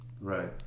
Right